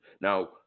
now